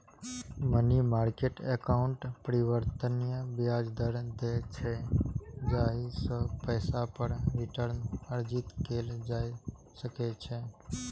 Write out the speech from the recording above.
money market account परिवर्तनीय ब्याज दर दै छै, जाहि सं पैसा पर रिटर्न अर्जित कैल जा सकै छै